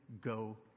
go